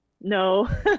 no